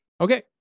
okay